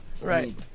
Right